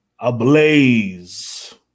ablaze